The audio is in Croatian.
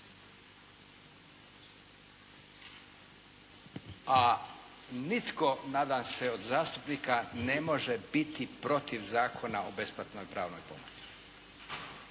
A nitko nadam se, od zastupnika ne može biti protiv Zakona o besplatnoj pravnoj pomoći.